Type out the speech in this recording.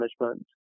management